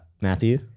Matthew